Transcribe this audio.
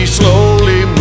slowly